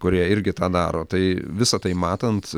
kurie irgi tą daro tai visa tai matant